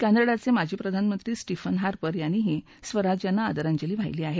कॅनडाचे माजी प्रधानमंत्री Stephen Harper यांनीही सुषमा स्वराज यांना आदरांजली वाहिली आहे